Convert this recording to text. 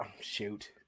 Shoot